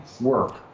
work